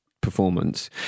performance